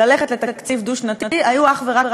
ללכת לתקציב דו-שנתי היו אך ורק פוליטיות,